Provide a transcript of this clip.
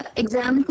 exam